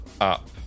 up